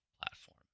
platform